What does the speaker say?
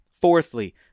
Fourthly